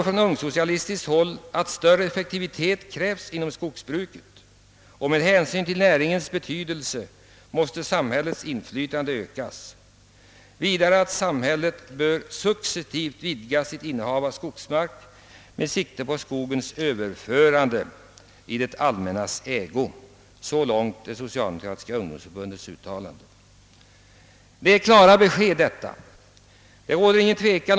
Från ungsocialistiskt håll krävs också större effektivitet inom skogsbruket, och det förklaras att med hänsyn till näringens betydelse måste samhällets inflytande ökas. Samhället bör successivt vidga sitt innehav av skogsmark med sikte på skogens överförande i det allmännas ägo, hävdar man. Detta är klara besked från det socialdemokratiska ungdomsförbundet. Något tvivel om målsättningen från det hållet behöver inte råda.